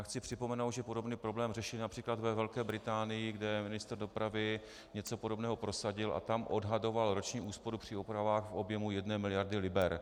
Chci připomenout, že podobný problém řeší např. ve Velké Británii, kde ministr dopravy něco podobného prosadil, a tam odhadoval roční úsporu při opravách v objemu 1 mld. liber.